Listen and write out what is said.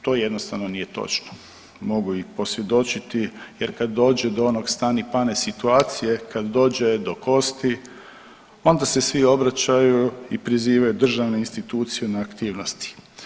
To jednostavno nije točno, mogu i posvjedočiti jer kad dođe do one stani-pani situacije, kad dođe do kosti onda se svi obraćaju i prizivaju državne institucije na aktivnosti.